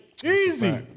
Easy